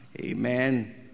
Amen